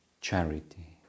charity